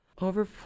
Over